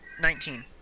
Nineteen